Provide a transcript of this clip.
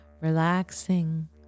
Relaxing